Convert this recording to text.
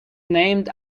named